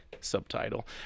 subtitle